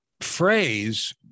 phrase